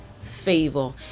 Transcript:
favor